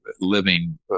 living